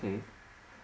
K